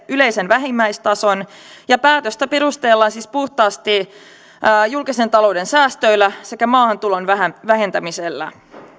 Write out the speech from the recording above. yleisen vähimmäistason ja päätöstä perustellaan siis puhtaasti julkisen talouden säästöillä sekä maahantulon vähentämisellä